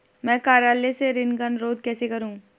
मैं कार्यालय से ऋण का अनुरोध कैसे करूँ?